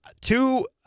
two